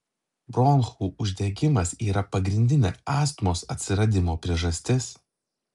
bronchų uždegimas yra pagrindinė astmos atsiradimo priežastis